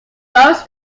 boasts